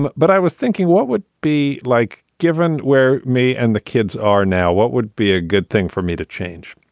but i was thinking what would be like given where me and the kids are now, what would be a good thing for me to change?